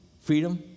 freedom